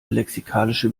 lexikalische